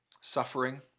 suffering